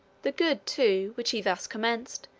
the good, too, which he thus commenced,